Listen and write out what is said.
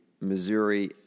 Missouri